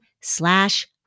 slash